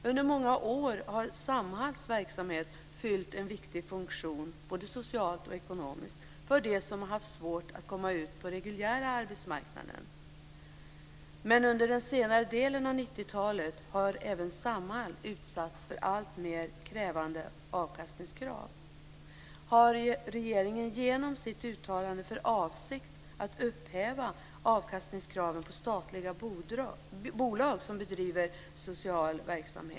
Under många år har Samhalls verksamhet fyllt en viktig funktion, både socialt och ekonomiskt, för dem som haft svårt att komma ut på den reguljära arbetsmarknaden. Men under senare delen av 90-talet har även Samhall utsatts för alltmer krävande avkastningskrav. Har regeringen genom sitt uttalande för avsikt att upphäva avkastningskraven på statliga bolag som bedriver social verksamhet?